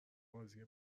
بازی